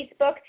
Facebook